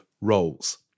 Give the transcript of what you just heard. roles